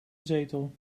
zetel